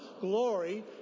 glory